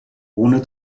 ohne